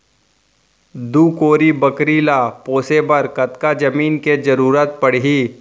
दू कोरी बकरी ला पोसे बर कतका जमीन के जरूरत पढही?